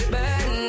Bad